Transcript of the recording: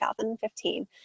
2015